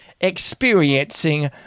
experiencing